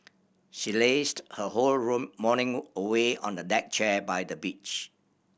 she lazed her whole room morning away on the deck chair by the beach